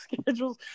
schedules